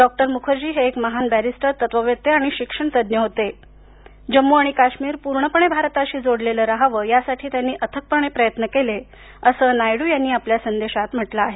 doctor Mukherjee हे एक महान बॅरिस्टर तत्ववेत्ते आणि शिक्षणतज्ञ होते जम्मू आणि काश्मीर पूर्णपणे भारताशी जोडलेलं राहावं यासाठी त्यांनी अथकपणे प्रयत्न केले असं नायडु यांनी आपल्या संदेशात म्हटलं आहे